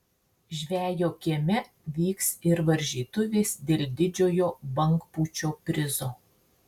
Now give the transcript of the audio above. žvejo kieme vyks ir varžytuvės dėl didžiojo bangpūčio prizo